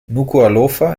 nukuʻalofa